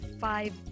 five